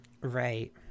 Right